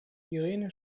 irene